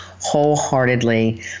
wholeheartedly